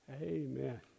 Amen